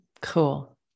Cool